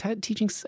teaching